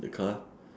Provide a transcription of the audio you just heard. the car